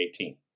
2018